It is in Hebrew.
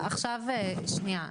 עכשיו שנייה.